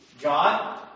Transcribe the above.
God